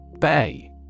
Bay